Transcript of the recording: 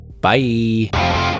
Bye